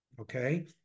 Okay